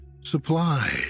supplied